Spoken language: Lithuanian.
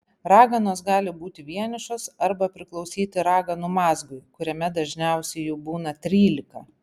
raganos gali būti vienišos arba priklausyti raganų mazgui kuriame dažniausiai jų būna trylika